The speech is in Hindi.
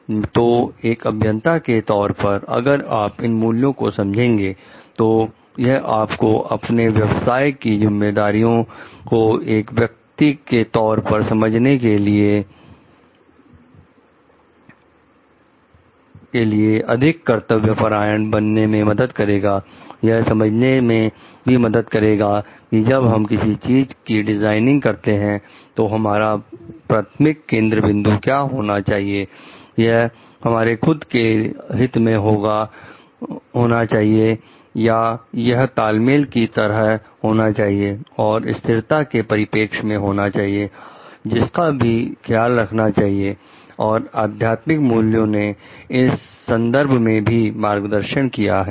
तो एक अभियंता के तौर पर अगर आप इन मूल्यों को समझेंगे तो यह हमको अपने व्यवसाय की जिम्मेदारियों को एक व्यक्ति के तौर पर समझने के लिए अधिक कर्तव्य परायण बनने में मदद करेगा यह समझने में भी मदद करेगा कि जब हम किसी चीज का डिजाइनिंग करते हैं तो हमारा प्राथमिक केंद्र बिंदु क्या होना चाहिए यह हमारे खुद के हित में होना चाहिए या यह तालमेल की तरह होना चाहिए और स्थिरता के परिपेक्ष में होना चाहिए जिसका की ख्याल रखना चाहिए और आध्यात्मिक मूल्यों ने इस संदर्भ में भी मार्गदर्शन किया है